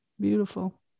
Beautiful